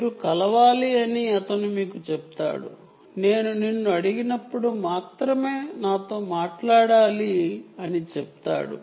మీరు కలవాలి నేను నిన్ను అడిగినప్పుడు నాతో మాత్రమే మాట్లాడాలి అని చెబుతుంది